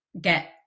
get